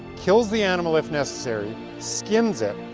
kills the animal if neccessary, skins it,